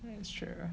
that's true